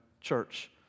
church